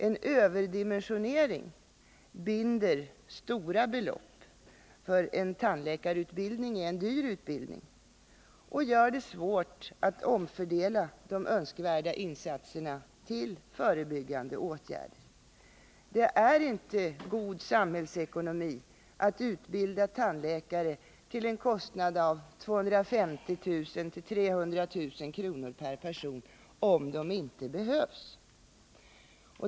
En överdimensionering binder stora belopp — tandläkarutbildning är en dyr utbildning — och gör det svårt att omfördela de önskvärda insatserna till förebyggande åtgärder. Det är inte god samhällsekonomi att utbilda tandläkare till en kostnad av 250 000-300 000 kr. per person, om de inte behövs.